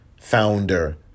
founder